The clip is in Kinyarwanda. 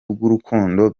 bw’urukundo